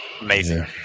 Amazing